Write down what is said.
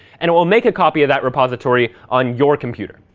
and it will make a copy of that repository on your computer.